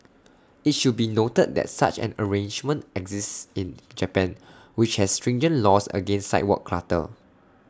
IT should be noted that such an arrangement exists in Japan which has stringent laws against sidewalk clutter